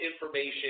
information